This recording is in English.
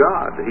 God